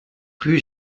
rue